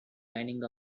lining